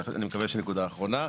אני מקווה שזו נקודה אחרונה,